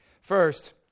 First